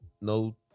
no